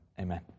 amen